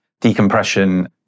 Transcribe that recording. decompression